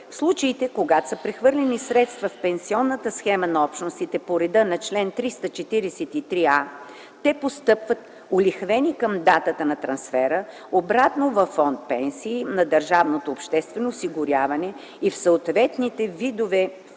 в случаите, когато са прехвърлени средства в пенсионната схема на Общностите по реда на чл. 343а, те постъпват олихвени към датата на трансфера обратно във фонд „Пенсии” на държавното обществено осигуряване и в съответните видове фондове